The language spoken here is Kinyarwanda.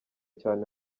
cyane